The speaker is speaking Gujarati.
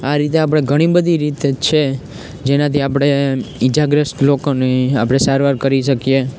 આ રીતે આપણે ઘણી બધી રીત છે જેનાથી આપણે ઈજાગ્રસ્ત લોકોની આપણે સારવાર કરી શકીએ